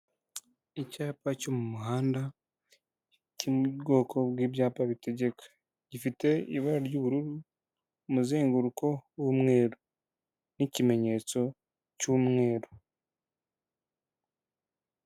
Icyapa cyo mu muhanda kiri mu bwoko bw'ibyapa bitegeka, gifite ibara ry'ubururu, umuzenguruko w'umweru n'ikimenyetso cy'umweru.